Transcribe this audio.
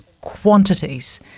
quantities